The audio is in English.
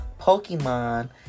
pokemon